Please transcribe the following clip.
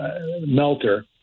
melter